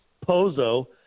Pozo